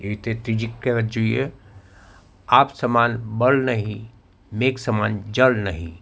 એવી રીતે ત્રીજી કહેવત જોઈએ આપ સમાન બળ નહીં મેઘ સમાન જળ નહીં